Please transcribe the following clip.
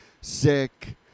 sick